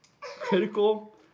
critical